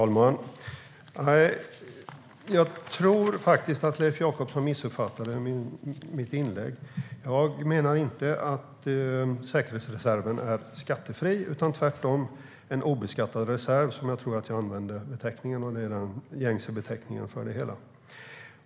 Herr talman! Jag tror faktiskt att Leif Jakobsson missuppfattade mitt inlägg. Jag menar inte att säkerhetsreserven är skattefri. Tvärtom är det fråga om en obeskattad reserv. Jag tror jag använde den beteckningen, och det är den gängse beteckningen.